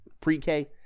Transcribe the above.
pre-k